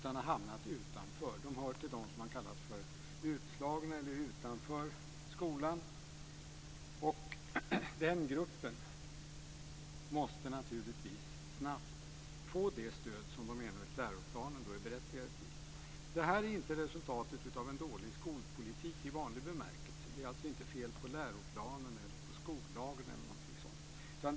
De har hamnat utanför. De hör till dem som man har kallat utslagna eller sådana som står utanför skolan. Den gruppen måste naturligtvis snabbt få det stöd som de enligt läroplanen är berättigade till. Det här är inte resultatet av en dålig skolpolitik i vanlig bemärkelse. Det är alltså inte fel på läroplanen, skollagen eller något sådant.